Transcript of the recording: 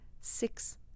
Six